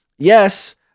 Yes